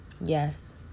yes